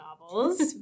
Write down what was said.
novels